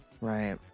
Right